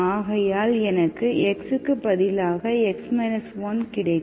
ஆகையால் எனக்கு x க்கு பதிலாக x 1 கிடைக்கும்